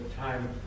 time